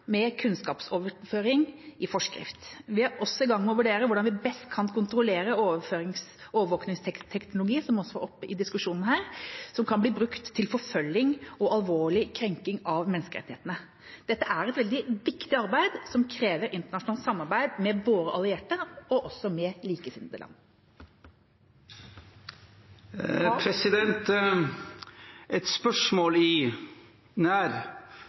med kunnskapsoverføring i forskrift. Vi er også i gang med å vurdere hvordan vi best kan kontrollere overvåkingsteknologi, som også var oppe i diskusjonen her, som kan bli brukt til forfølging og alvorlig krenking av menneskerettighetene. Dette er et veldig viktig arbeid som krever internasjonalt samarbeid med både våre allierte og også likesinnede land. Et spørsmål i nær